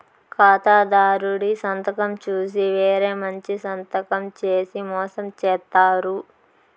ఖాతాదారుడి సంతకం చూసి వేరే మంచి సంతకం చేసి మోసం చేత్తారు